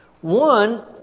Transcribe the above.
One